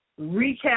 recap